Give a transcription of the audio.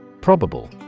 Probable